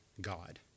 God